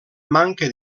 manca